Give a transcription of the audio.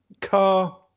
Car